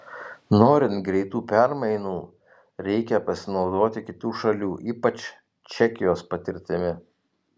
norint greitų permainų reikia pasinaudoti kitų šalių ypač čekijos patirtimi